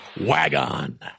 Wagon